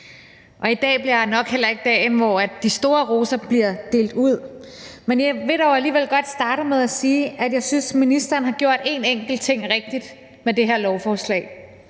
i dag bliver nok heller ikke dagen, hvor de store roser bliver delt ud. Men jeg vil dog alligevel godt starte med at sige, at jeg synes, at ministeren har gjort en enkelt ting rigtigt med det her lovforslag,